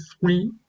three